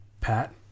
Pat